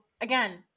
again